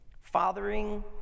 Fathering